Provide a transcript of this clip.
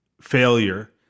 failure